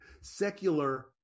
secular